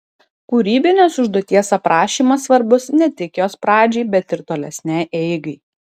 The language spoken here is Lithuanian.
kūrybinės užduoties aprašymas svarbus ne tik jos pradžiai bet ir tolesnei eigai